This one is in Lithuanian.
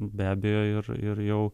be abejo ir ir jau